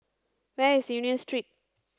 where is Union Street